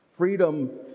freedom